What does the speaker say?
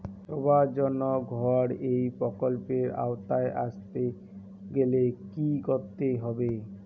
সবার জন্য ঘর এই প্রকল্পের আওতায় আসতে গেলে কি করতে হবে?